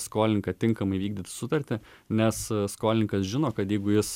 skolininką tinkamai vykdyti sutartį nes skolininkas žino kad jeigu jis